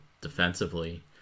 defensively